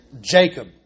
Jacob